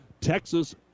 Texas